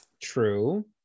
True